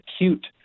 acute